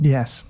Yes